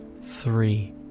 three